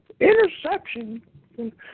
Interception